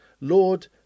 Lord